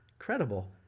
Incredible